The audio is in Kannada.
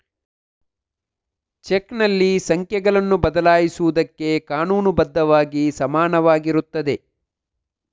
ಚೆಕ್ನಲ್ಲಿ ಸಂಖ್ಯೆಗಳನ್ನು ಬದಲಾಯಿಸುವುದಕ್ಕೆ ಕಾನೂನು ಬದ್ಧವಾಗಿ ಸಮಾನವಾಗಿರುತ್ತದೆ